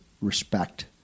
respect